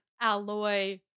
alloy